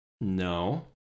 No